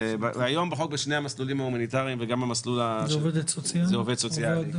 היום בחוק זה עובד סוציאלי,